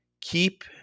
Keep